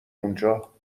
اونجا